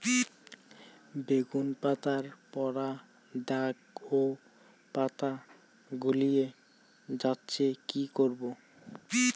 বেগুন পাতায় পড়া দাগ ও পাতা শুকিয়ে যাচ্ছে কি করব?